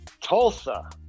Tulsa